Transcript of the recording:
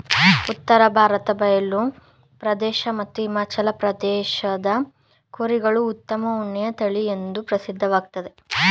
ಉತ್ತರ ಭಾರತ ಬಯಲು ಪ್ರದೇಶ ಮತ್ತು ಹಿಮಾಲಯ ಪ್ರದೇಶದ ಕುರಿಗಳು ಉತ್ತಮ ಉಣ್ಣೆಯ ತಳಿಎಂದೂ ಪ್ರಸಿದ್ಧವಾಗಯ್ತೆ